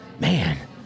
Man